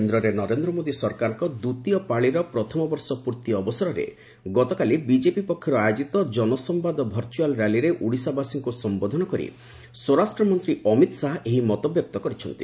କେନ୍ଦ୍ରରେ ନରେନ୍ଦ୍ର ମୋଦୀ ସରକାରଙ୍କ ଦ୍ୱିତୀୟ ପାଳିର ପ୍ରଥମ ବର୍ଷ ପୂର୍ତ୍ତି ଅବସରରେ ଗତକାଲି ବିଜେପି ପକ୍ଷରୁ ଆୟୋଜିତ ଜନସମ୍ଘାଦ ଭର୍ଚ୍ଚଆଲ୍ ର୍ୟାଲିରେ ଓଡ଼ିଶାବାସୀଙ୍କୁ ସମ୍ଘୋଧନ କରି ସ୍ୱରାଷ୍ଟ୍ର ମନ୍ତ୍ରୀ ଅମିତ ଶାହା ଏହି ମତବ୍ୟକ୍ତ କରିଛନ୍ତି